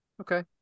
Okay